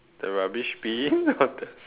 the rubbish bin